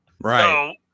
Right